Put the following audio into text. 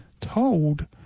told